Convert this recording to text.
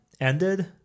ended